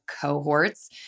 cohorts